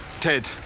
Ted